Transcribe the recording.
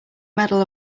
medal